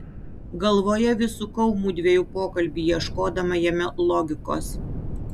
galvoje vis sukau mudviejų pokalbį ieškodama jame logikos